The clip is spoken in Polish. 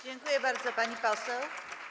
Dziękuję bardzo, pani poseł.